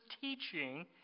teaching